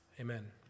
Amen